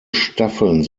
staffeln